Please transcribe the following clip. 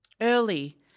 Early